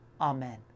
Amen